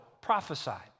prophesied